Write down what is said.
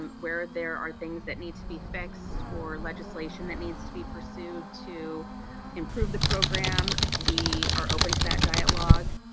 um where there are things that need to be fixed or legislation that needs to be pursued to improve the program, we are open to that dialogue.